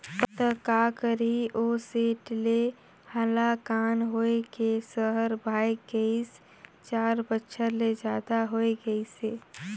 त का करही ओ सेठ ले हलाकान होए के सहर भागय गइस, चार बछर ले जादा हो गइसे